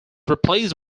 replaced